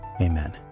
amen